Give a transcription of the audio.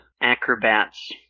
acrobats